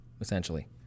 essentially